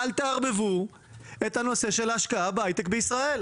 אל תערבבו את הנושא של ההשקעה בהייטק בישראל,